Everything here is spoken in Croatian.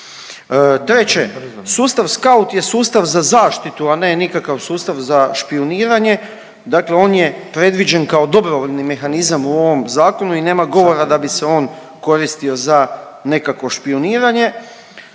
Treće, sustav SKAUT je sustav za zaštitu, a ne nikakav sustav za špijuniranje, dakle on je predviđen kao dobrovoljni mehanizam u ovom zakonu i nema govora da bi se on koristio za nekakvo špijuniranje.